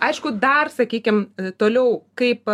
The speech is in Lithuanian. aišku dar sakykim toliau kaip